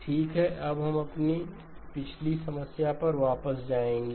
ठीक है अब हम अपनी पिछली समस्या पर वापस जाएंगे